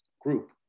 group